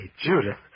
Judith